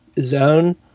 zone